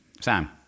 Sam